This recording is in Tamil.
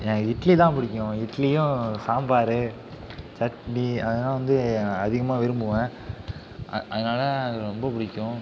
இட்லி தான் பிடிக்கும் இட்லியும் சாம்பார் சட்னி அதலாம் வந்து அதிகமாக விரும்புவேன் அது அதனால அது ரொம்ப பிடிக்கும்